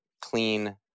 clean